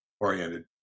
oriented